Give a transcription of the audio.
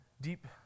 deep